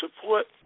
support